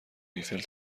ایفل